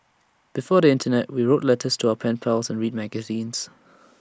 before the Internet we wrote letters to our pen pals and read magazines